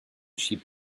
sheep